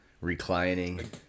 reclining